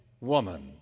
woman